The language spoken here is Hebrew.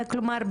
כלומר,